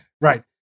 Right